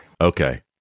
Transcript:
Okay